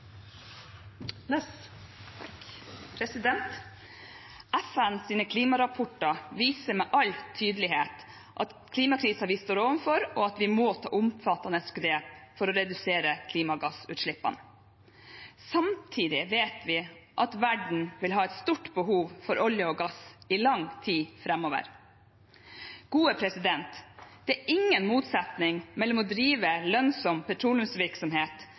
klimarapporter viser med all tydelighet klimakrisen vi står overfor, og at vi må ta omfattende grep for å redusere klimagassutslippene. Samtidig vet vi at verden vil ha et stort behov for olje og gass i lang tid framover. Det er ingen motsetning mellom å drive lønnsom petroleumsvirksomhet